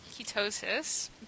ketosis